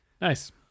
Nice